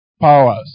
powers